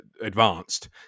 advanced